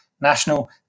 national